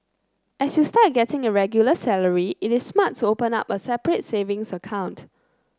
as you start getting a regular salary it is smart to open up a separate savings account